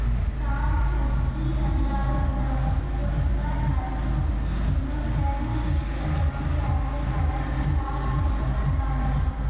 soft వుడ్కి రంధ్రాలు వుండవు కోనిఫర్ మరియు జిమ్నోస్పెర్మ్ చెట్ల నుండి అచ్చే కలపను సాఫ్ట్ వుడ్ అంటుండ్రు